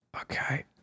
okay